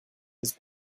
his